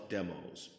Demos